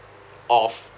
of